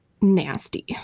Nasty